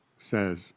says